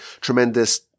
tremendous